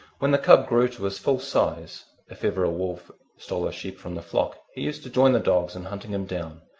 when the cub grew to his full size, if ever a wolf stole a sheep from the flock, he used to join the dogs in hunting him down.